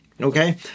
okay